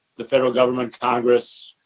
the federal government, congress